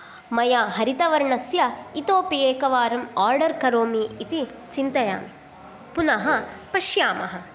मया हरितवर्णस्य इतोऽपि एकवारं ओर्डर् करोमि इति चिन्तयामि पुनः पश्यामः